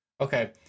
Okay